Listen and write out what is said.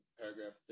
paragraph